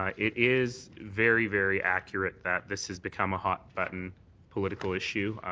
ah it is very, very accurate that this has become a hot button political issue,